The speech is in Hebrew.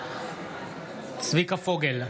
צביקה פוגל,